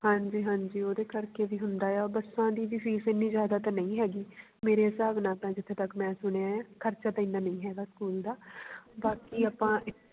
ਹਾਂਜੀ ਹਾਂਜੀ ਉਹਦੇ ਕਰਕੇ ਵੀ ਹੁੰਦਾ ਆ ਬੱਸਾਂ ਦੀ ਵੀ ਫੀਸ ਇੰਨੀ ਜ਼ਿਆਦਾ ਤਾਂ ਨਹੀਂ ਹੈਗੀ ਮੇਰੇ ਹਿਸਾਬ ਨਾਲ ਤਾਂ ਜਿੱਥੇ ਤੱਕ ਮੈਂ ਸੁਣਿਆ ਆ ਖਰਚਾ ਤਾਂ ਇੰਨਾ ਨਹੀਂ ਹੈਗਾ ਸਕੂਲ ਦਾ ਬਾਕੀ ਆਪਾਂ